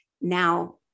now